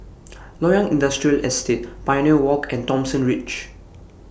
Loyang Industrial Estate Pioneer Walk and Thomson Ridge